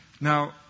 Now